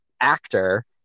actor